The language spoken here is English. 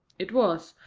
it was,